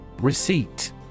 Receipt